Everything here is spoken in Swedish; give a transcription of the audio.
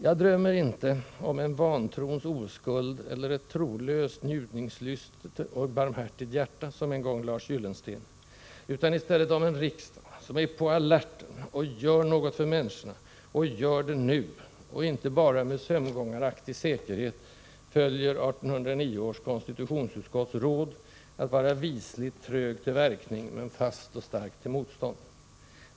Jag drömmer inte om ”en vantrons oskuld” eller ”ett trolöst, njutningslystet och barmhärtigt hjärta”, som en gång Lars Gyllensten, utan i stället om en riksdag som är på alerten och gör något för människorna och gör det nu, och inte bara med sömngångaraktig säkerhet följer 1809 års konstitutionsutskotts råd att vara visligt trög till verkning men fast och stark till motstånd.